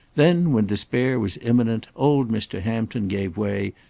then, when despair was imminent, old mr. hampton gave way,